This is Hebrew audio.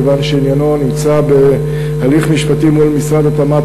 כיוון שעניינו נמצא בהליך משפטי מול משרד התמ"ת,